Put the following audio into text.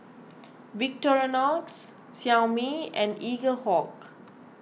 Victorinox Xiaomi and Eaglehawk